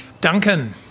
Duncan